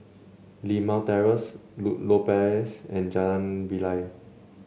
Limau Terrace Ludlow Place and Jalan Bilal